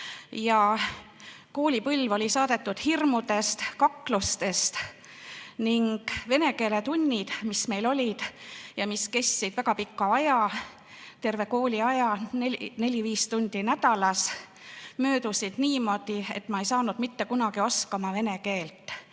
Koolipõlv oli saadetud hirmudest, kaklustest ning vene keele tunnid, mis meil olid ja mida oli väga pikka aega, terve kooliaja jooksul neli-viis tundi nädalas, möödusid niimoodi, et ma ei saanud mitte kunagi oskama vene keelt.